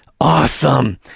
Awesome